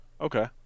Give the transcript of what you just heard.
okay